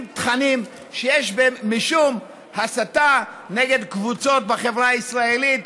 תכנים שיש בהם משום הסתה נגד קבוצות בחברה הישראלית,